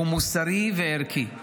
הוא מוסרי וערכי.